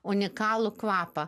unikalų kvapą